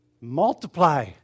Multiply